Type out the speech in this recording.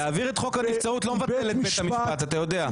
להעביר את חוק הנמצאות לא מבטל את בית המשפט אתה יודע.